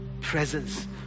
presence